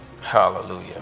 Hallelujah